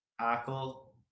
tackle